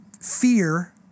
fear